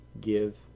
give